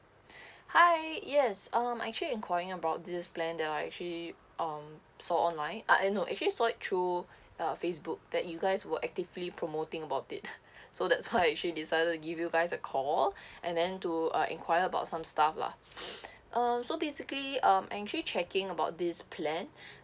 hi yes um I actually enquiring about this plan that are actually um saw online ah I know I actually saw it through uh Facebook that you guys were actively promoting about it so that's how I actually decided to give you guys a call and then to uh enquire about some stuff lah uh so basically um I'm actually checking about this plan